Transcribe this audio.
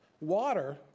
Water